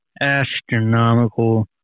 Astronomical